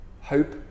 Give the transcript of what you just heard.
hope